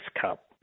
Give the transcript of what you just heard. Cup